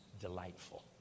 delightful